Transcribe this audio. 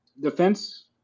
Defense